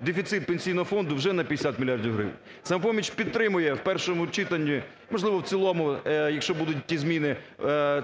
дефіцит Пенсійного фонду вже на 50 мільярдів гривень. "Самопоміч" підтримує в першому читанні, можливо, в цілому, якщо будуть ті зміни,